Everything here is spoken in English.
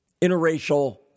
interracial